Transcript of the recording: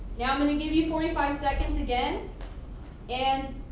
now i'm going to give you forty five seconds again and